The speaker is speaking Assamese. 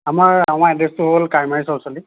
আমাৰ আমাৰ এড্ৰেছটো হ'ল কাৱৈমাৰী চলচলী